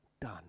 done